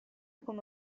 come